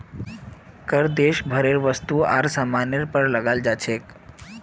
कर देश भरेर वस्तु आर सामानेर पर लगाल जा छेक